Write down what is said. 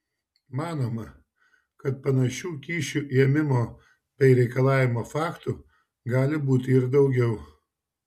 manoma kad panašių kyšių ėmimo bei reikalavimo faktų gali būti ir daugiau